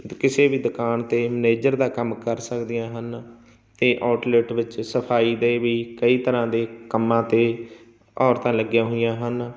ਕਿਸੇ ਵੀ ਦੁਕਾਨ 'ਤੇ ਮੈਨੇਜਰ ਦਾ ਕੰਮ ਕਰ ਸਕਦੀਆਂ ਹਨ ਅਤੇ ਆਊਟਲੈਟ ਵਿੱਚ ਸਫਾਈ ਦੇ ਵੀ ਕਈ ਤਰ੍ਹਾਂ ਦੇ ਕੰਮਾਂ 'ਤੇ ਔਰਤਾਂ ਲੱਗੀਆਂ ਹੋਈਆਂ ਹਨ